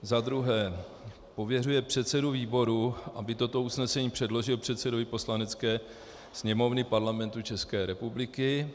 Za druhé pověřuje předsedu výboru, aby toto usnesení předložil předsedovi Poslanecké sněmovny Parlamentu České republiky.